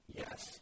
yes